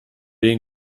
den